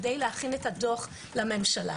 כדי להכין את הדוח לממשלה,